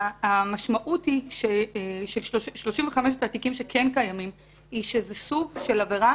המשמעות היא שב-35 מהתיקים שקיימים זה סוג של עבירה